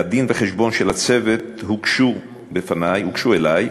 והדין-וחשבון, של הצוות הוגשו בפני, הוגשו לי,